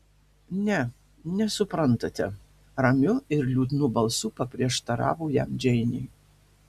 ne nesuprantate ramiu ir liūdnu balsu paprieštaravo jam džeinė